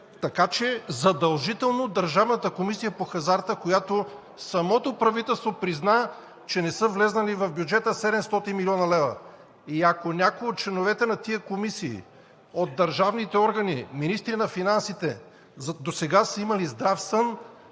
така че задължително Държавната комисия по хазарта, която – самото правителство призна, че не са влезли в бюджета 700 млн. лв. И ако някой от членовете на тези комисии, от държавните органи, министри на финансите досега са имали здрав сън,